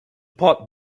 pot